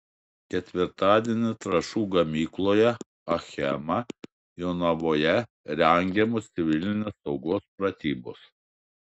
ketvirtadienį trąšų gamykloje achema jonavoje rengiamos civilinės saugos pratybos